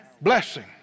Blessing